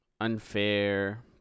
unfair